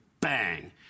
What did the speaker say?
bang